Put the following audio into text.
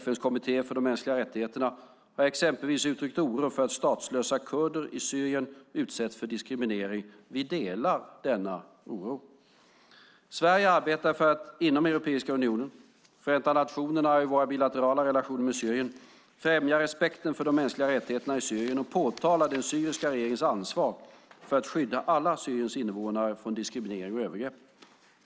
FN:s kommitté för de mänskliga rättigheterna har exempelvis uttryckt oro för att statslösa kurder i Syrien utsätts för diskriminering. Vi delar denna oro. Sverige arbetar för att inom Europeiska unionen, Förenta nationerna och i våra bilaterala relationer med Syrien främja respekten för de mänskliga rättigheterna i Syrien och påtala den syriska regeringens ansvar att skydda alla Syriens invånare från diskriminering och övergrepp.